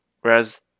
Whereas